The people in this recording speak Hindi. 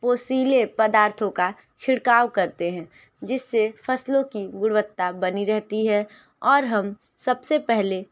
पोसीले पदार्थो का छिड़काव करते हैं जिससे फसलों की गुणवत्ता बनी रहती है और हम सबसे पहले